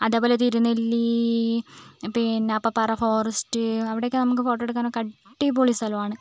അതേപോലെ തിരുനെല്ലി പിന്നേ അപ്പപ്പാറ ഫോറസ്റ്റ് അവിടെയൊക്കേ നമുക്ക് ഫോട്ടോ എടുക്കാനൊക്കേ അടിപൊളി സ്ഥലമാണ്